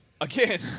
Again